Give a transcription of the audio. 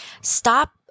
Stop